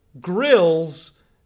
grills